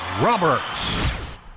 Roberts